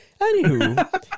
anywho